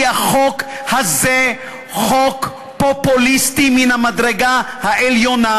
כי החוק הזה הוא חוק פופוליסטי מן המדרגה העליונה,